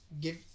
give